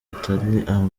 atari